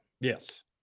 Yes